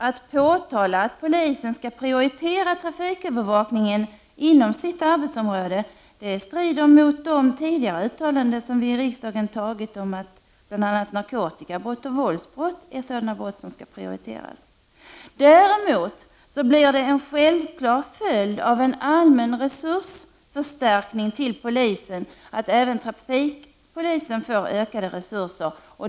Att påtala att polisen skall prioritera trafikövervakningen inom sitt arbetsområde strider mot riksdagens tidigare uttalanden om att det är narkotikabrott och våldsbrott som skall prioriteras. Däremot blir det en självklar följd av en allmän resursförstärkning till polisen att även trafikpolisen får ökade resurser.